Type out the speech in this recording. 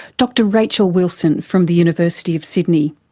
dr rachel wilson from the university of sydney,